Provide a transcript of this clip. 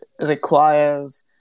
requires